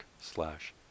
slash